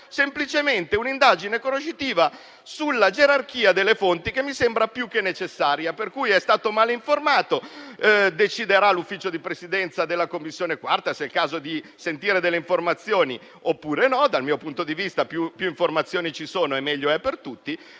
si chiede un'indagine conoscitiva sulla gerarchia delle fonti, che mi sembra più che necessaria. È stato quindi male informato, deciderà l'Ufficio di Presidenza della 4a Commissione se sia il caso di sentire o meno degli esperti. Dal mio punto di vista più informazioni ci sono e meglio è per tutti.